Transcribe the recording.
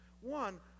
One